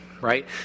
right